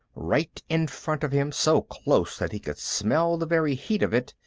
right in front of him, so close that he could smell the very heat of it,